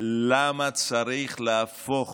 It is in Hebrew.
למה צריך להפוך